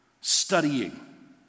studying